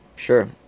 Sure